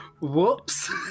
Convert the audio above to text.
Whoops